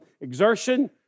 Exertion